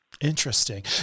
Interesting